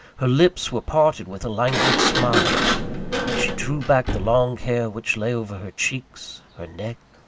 her lips were parted with a languid smile and she drew back the long hair, which lay over her cheeks, her neck,